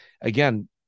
again